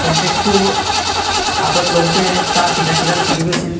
হেণ্ডবেগটো হাতত লওঁতে তাৰ ফিটাকেইডাল চিগি গৈছিল